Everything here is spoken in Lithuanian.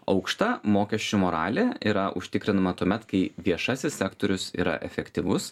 aukšta mokesčių moralė yra užtikrinama tuomet kai viešasis sektorius yra efektyvus